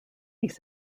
says